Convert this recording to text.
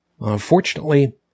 Unfortunately